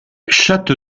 chatte